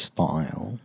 Style